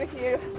you